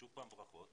שוב ברכות,